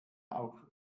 auch